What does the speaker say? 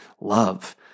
love